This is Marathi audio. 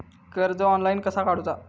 कर्ज ऑनलाइन कसा काडूचा?